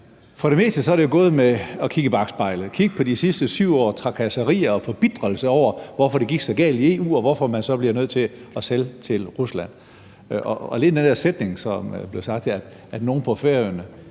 for det meste har det jo gået ud på at kigge i bakspejlet og kigge på de sidste 7 års trakasserier og forbitrelse over, hvorfor det gik så galt i forhold til EU, og hvorfor man så bliver nødt til at sælge til Rusland. Og alene om den der sætning, som blev sagt her, at nogle på Færøerne